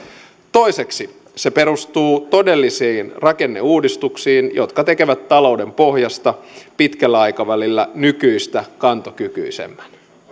toiseksi se perustuu todellisiin rakenneuudistuksiin jotka tekevät talouden pohjasta pitkällä aikavälillä nykyistä kantokykyisemmän